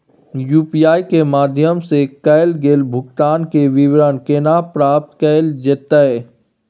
UPI के माध्यम सं कैल गेल भुगतान, के विवरण केना प्राप्त कैल जेतै?